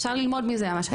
אפשר ללמוד מזה ממש.